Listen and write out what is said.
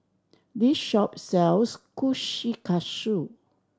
this shop sells Kushikatsu